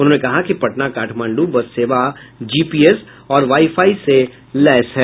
उन्होंने कहा कि पटना काठमांडू बस सेवा जीपीएस और वाई फाई से लैस है